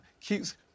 keeps